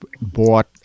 bought